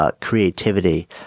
creativity